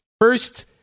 First